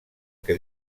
que